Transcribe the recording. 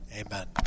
amen